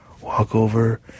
Walkover